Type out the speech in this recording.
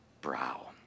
brow